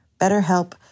BetterHelp